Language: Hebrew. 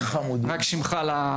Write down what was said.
בבקשה.